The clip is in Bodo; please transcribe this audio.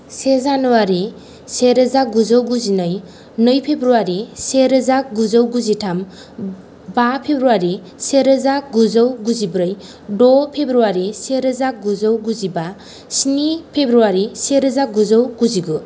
से जानुवारि सेरोजा गुजौ गुजिनै नै फेब्रुवारि सेरोजा गुजौ गुजिथाम बा फेब्रुवारि सेरोजा गुजौ गुजिब्रै द' फेब्रुवारि सेरोजा गुजौ गुजिबा स्नि फेब्रुवारि सेरोजा गुजौ गुजिगु